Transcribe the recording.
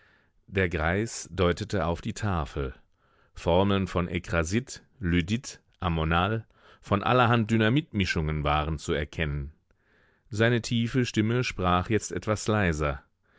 der greis deutete auf die tafel formeln von ekrasit lyddit ammonal von allerhand dynamitmischungen waren zu erkennen seine tiefe stimme sprach jetzt etwas leiser